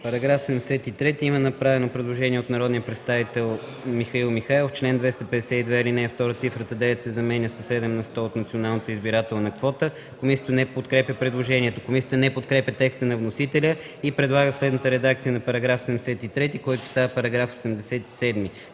По § 73 има направено предложение от народния представител Михаил Михайлов: В чл. 252, ал. 2, цифрата „9” се заменя със „7 на сто от националната избирателна квота”. Комисията не подкрепя предложението. Комисията не подкрепя текста на вносителя и предлага следната редакция на § 73, който става § 87: „§ 87.